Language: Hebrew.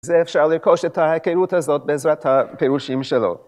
זה אפשר לרכוש את ההיכרות הזאת בעזרת הפירושים שלו.